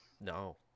No